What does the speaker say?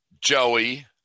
Joey